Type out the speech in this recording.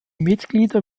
mitglieder